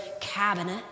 cabinet